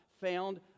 found